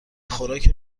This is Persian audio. خوراک